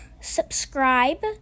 Subscribe